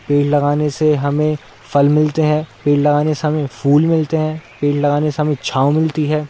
पेड़ लगाने से हमें फल मिलते हैं पेड़ लगाने से हमें फूल मिलते हैं पेड़ लगाने से हमें छाँव मिलती है